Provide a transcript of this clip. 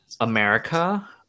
America